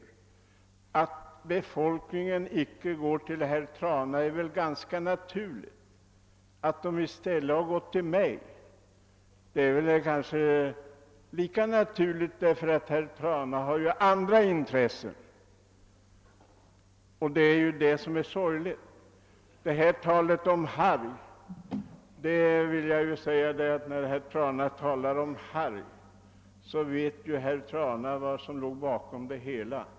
Att befolkningen icke går till herr Trana är väl ganska naturligt, och att man i stället har gått till mig är lika naturligt. Herr Trana har ju en annan inställning — det är det sorgliga. Då herr Trana talar om Harg, vill jag säga att herr Trana ju vet vad som ligger bakom det hela.